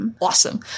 awesome